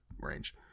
range